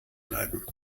bleiben